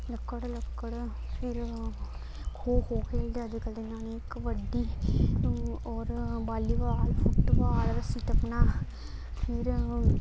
लक्कड़ लक्कड़ फिर खो खो खेलदे अजकल्ल दे ञ्याणे कबड्डी और बालीबाल फुटबाल रस्सी टप्पना फिर